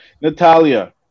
Natalia